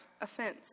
offense